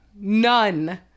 None